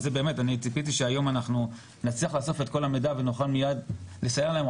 אני ציפיתי שהיום אנחנו נצליח לאסוף את המידע ונוכל מיד לסייע להם,